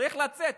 שצריך לצאת,